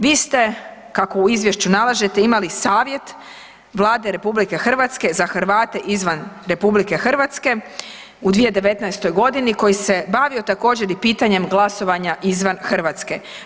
Vi ste kako u izvješću nalažete imali Savjet Vlade RH za Hrvate izvan RH u 2019.g. koji se bavio također i pitanjem glasovanja izvan Hrvatske.